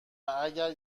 اگر